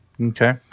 Okay